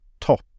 top